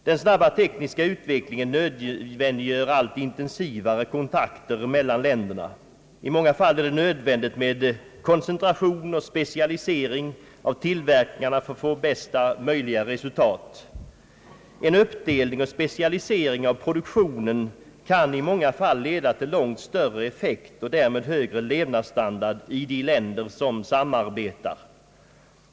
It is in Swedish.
Den snabba tekniska utvecklingen nödvändiggör allt intensivare kontakter mellan länderna. I många fall är det nödvändigt med koncentration och specialisering av tillverkningarna för att nå bästa möjliga resultat. En uppdelning och specialisering av produktionen kan i många fall leda till långt större effekt och därmed högre levnadsstandard i de länder som samarbetar.